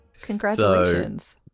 Congratulations